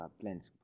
plants